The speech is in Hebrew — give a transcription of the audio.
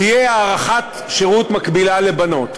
תהיה הארכת שירות מקבילה לבנות.